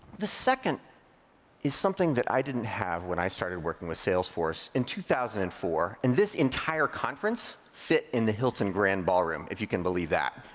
the second is something that i didn't have when i started working with salesforce in two thousand and four and this entire conference fit in the hilton grand ballroom, if you can believe that.